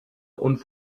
und